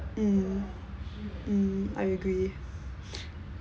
mm mm I agree